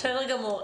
בסדר גמור.